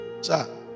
sir